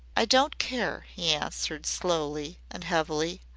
i don't care, he answered slowly and heavily.